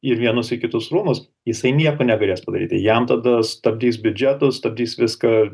į vienus į kitus rūmus jisai nieko negalės padaryti jam tada stabdys biudžetus stabdys viską